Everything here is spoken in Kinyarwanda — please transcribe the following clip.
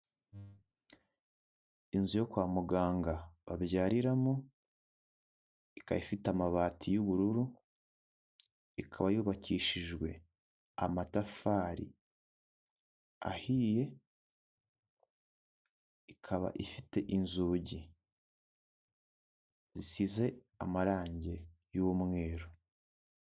Inzu yo kwa muganga babyariramo ikaba ifite amabati y'ubururu ikaba yubakishijwe amatafari ahiye ikaba ifite inzugi zisize amarangi y'umweru.